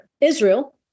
Israel